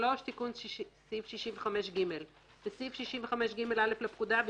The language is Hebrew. "תיקון סעיף 65ג בסעיף 65ג(א) לפקודה,